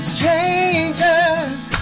Strangers